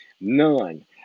none